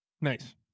Nice